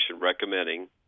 recommending